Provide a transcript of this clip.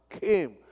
came